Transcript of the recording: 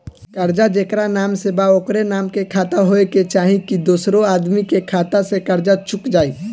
कर्जा जेकरा नाम से बा ओकरे नाम के खाता होए के चाही की दोस्रो आदमी के खाता से कर्जा चुक जाइ?